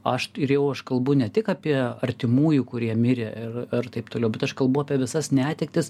aš ir jau aš kalbu ne tik apie artimųjų kurie mirė ir ir taip toliau bet aš kalbu apie visas netektis